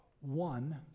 One